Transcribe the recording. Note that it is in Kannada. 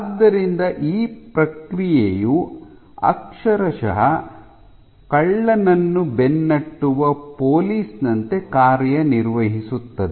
ಆದ್ದರಿಂದ ಈ ಪ್ರಕ್ರಿಯೆಯು ಅಕ್ಷರಶಃ ಕಳ್ಳನನ್ನು ಬೆನ್ನಟ್ಟುವ ಪೋಲೀಸ್ ನಂತೆ ಕಾರ್ಯನಿರ್ವಹಿಸುತ್ತದೆ